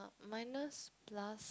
minus plus